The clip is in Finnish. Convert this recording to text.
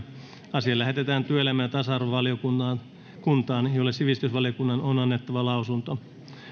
asia lähetetään työelämä ja tasa arvovaliokuntaan jolle sivistysvaliokunnan on annettava lausunto